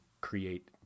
create